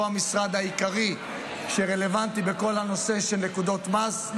שהוא המשרד העיקרי שרלוונטי בכל נושא נקודות המס,